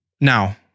now